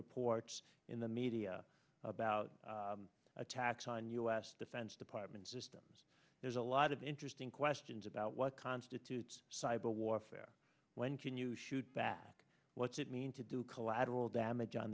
reports in the media about attacks on u s defense department systems there's a lot of interesting questions about what constitutes cyber warfare when and you shoot back what's it mean to do collateral damage on